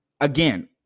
again